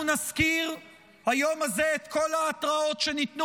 אנחנו נזכיר ביום הזה את כל ההתראות שניתנו